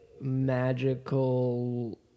magical